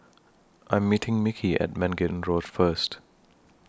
I Am meeting Mickie At Mangis Road First